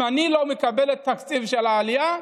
אם אני לא מקבלת את התקציב של העלייה,